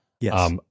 Yes